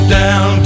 down